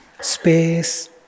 space